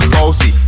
Bossy